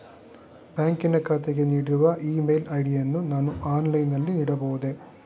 ಬ್ಯಾಂಕಿನ ಖಾತೆಗೆ ನೀಡಿರುವ ಇ ಮೇಲ್ ಐ.ಡಿ ಯನ್ನು ನಾನು ಆನ್ಲೈನ್ ನಲ್ಲಿ ನೀಡಬಹುದೇ?